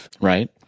right